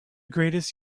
greatest